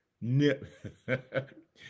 Nip